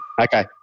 Okay